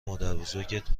مادربزرگت